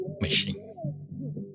machine